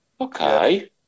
Okay